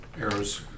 arrows